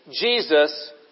Jesus